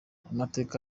amateka